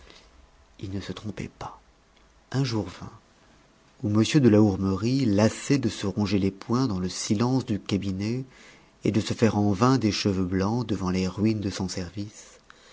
il ne se trompait pas un jour vint où m de la hourmerie lassé de se ronger les poings dans le silence du cabinet et de se faire en vain des cheveux blancs devant les ruines de son service